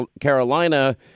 Carolina